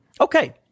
Okay